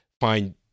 find